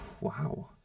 Wow